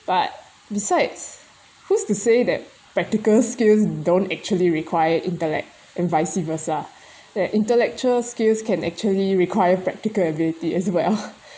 but besides who's to say that practical skills don't actually require intellect and vice versa the intellectual skills can actually require practical ability as well